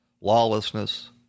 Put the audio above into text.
lawlessness